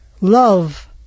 love